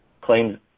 Claims